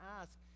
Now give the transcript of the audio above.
ask